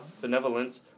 benevolence